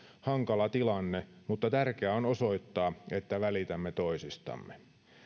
hankala tilanne mutta tärkeää on osoittaa että välitämme toisistamme